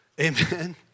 Amen